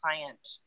client